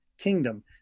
kingdom